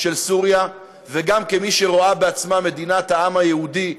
של סוריה וגם כמי שרואה בעצמה מדינת העם היהודי,